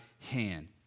hand